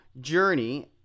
journey